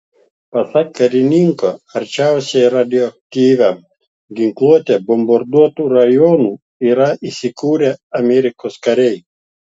pasak karininko arčiausiai radioaktyvia ginkluote bombarduotų rajonų yra įsikūrę amerikos kariai